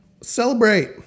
Celebrate